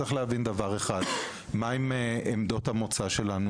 מה הן עמדות המוצא שלנו?